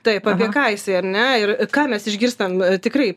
taip apie ką jisai ar ne ir ką mes išgirstam tikrai